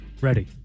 Ready